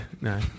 no